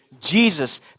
Jesus